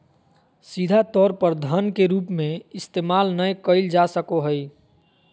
सीधा तौर पर धन के रूप में इस्तेमाल नय कइल जा सको हइ